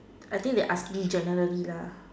I think they asking generally lah